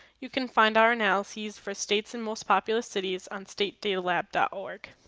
you can find our analyses for states and most populous cities on statedatalab but org.